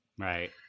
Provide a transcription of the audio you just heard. Right